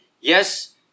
yes